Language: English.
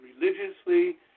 religiously